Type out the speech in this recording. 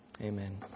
Amen